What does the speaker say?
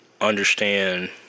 understand